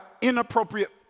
inappropriate